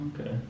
okay